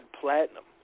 platinum